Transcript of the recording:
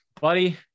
Buddy